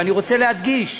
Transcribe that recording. ואני רוצה להדגיש,